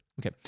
Okay